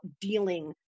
dealing